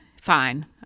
fine